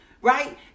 right